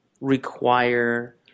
require